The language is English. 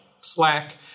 Slack